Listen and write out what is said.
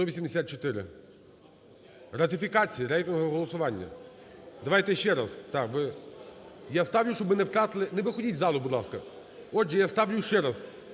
За-185 Ратифікація. Рейтингове голосування. Давайте ще раз. Я ставлю, щоб ми не втратили… Не виходьте з залу, будь ласка. Отже, я ставлю ще раз